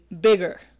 bigger